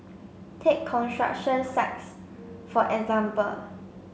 take construction sites for example